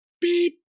Beep